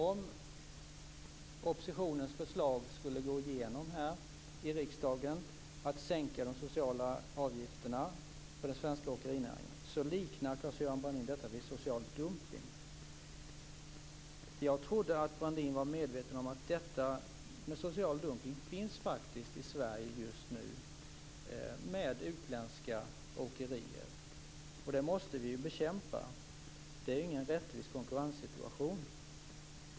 Om oppositionens förslag, att de sociala avgifterna skall sänkas för den svenska åkerinäringen, liknas det enligt Claes-Göran Brandin vid social dumpning. Jag trodde att Brandin var medveten om att social dumpning faktiskt finns i Sverige just nu i och med de utländska åkerierna. Detta måste vi bekämpa, för det är ingen rättvis konkurrenssituation.